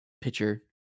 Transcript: picture